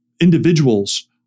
individuals